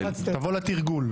תבוא לתרגול.